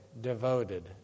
devoted